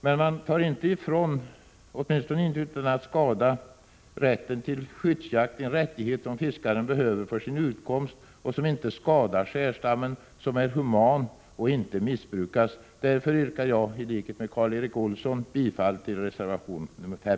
Man tar inte utan 29 april 1987 att skada ifrån människor en rättighet, som de behöver för sin utkomst, som inte skadar sälstammen och som är human och inte missbrukas. Därför yrkar jag i likhet med Karl Erik Olsson bifall till reservation nr 5.